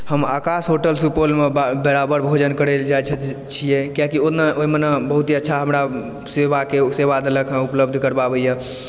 हम आकाश होटल सुपौलमे बराबर भोजन करयलऽ जाइत छियै किआकि ओहिमे न हमरा बहुत ही अच्छा सेवा देलक हँ उपलब्ध करबाबैए